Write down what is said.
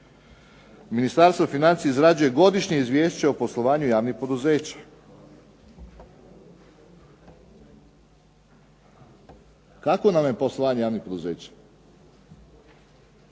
Ministarstvo financija izrađuje godišnje izvješće o poslovanju javnih poduzeća. Kako nam je poslovanje javnih poduzeća?